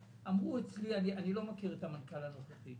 אני לא מכיר את המנכ"ל הנוכחי.